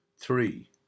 three